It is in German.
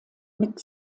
mit